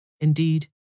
Indeed